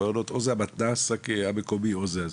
או זה המתנ"ס המקומי או זה זה.